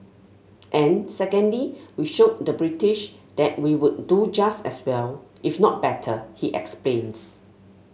and secondly we showed the British that we would do just as well if not better he explains